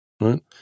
right